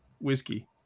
whiskey